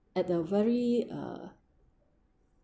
at the very uh